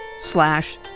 slash